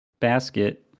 basket